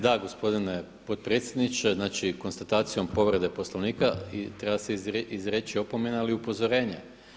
Da, gospodine potpredsjedniče, znači konstatacijom povrede Poslovnika treba se izreći opomena ali i upozorenje.